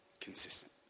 consistent